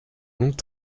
longues